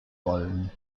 wollen